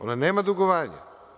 Ona nema dugovanja.